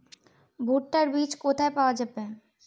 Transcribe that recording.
ভুট্টার বিজ কোথায় পাওয়া যাবে?